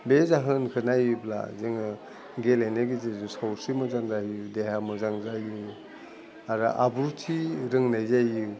बे जाहोनखौ नायोब्ला जोङो गेलेनाय गेजेरजों सावस्रि मोजां जायो देहा मोजां जायो आरो आब्रुथि रोंनाय जायो